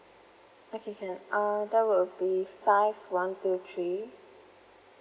okay can um that will be five one two three